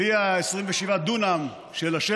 (אומר בערבית: בלי ה-27 דונם,) בלי ה-27 דונם של השטח,